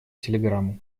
телеграмму